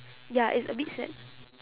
ya it's a bit sad